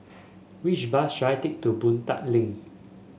which bus should I take to Boon Tat Link